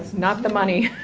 not the money.